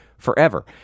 forever